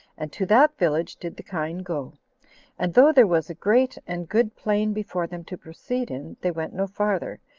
and to that village did the kine go and though there was a great and good plain before them to proceed in, they went no farther,